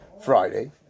Friday